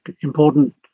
important